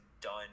done